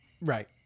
right